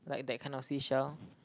like that kind of seashell